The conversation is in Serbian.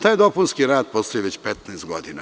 Taj dopunski rad postoji već 15 godina.